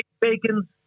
bacon